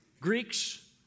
Greeks